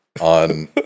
on